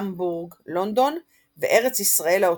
המבורג, לונדון וארץ ישראל העות'ומנית.